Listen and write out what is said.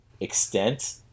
extent